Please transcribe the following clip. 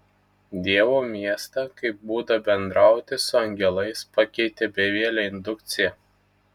dievo miestą kaip būdą bendrauti su angelais pakeitė bevielė indukcija